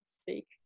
speak